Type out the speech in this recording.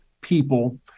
people